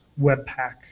Webpack